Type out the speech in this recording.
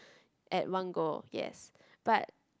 at one go yes but